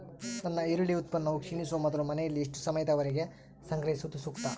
ನನ್ನ ಈರುಳ್ಳಿ ಉತ್ಪನ್ನವು ಕ್ಷೇಣಿಸುವ ಮೊದಲು ಮನೆಯಲ್ಲಿ ಎಷ್ಟು ಸಮಯದವರೆಗೆ ಸಂಗ್ರಹಿಸುವುದು ಸೂಕ್ತ?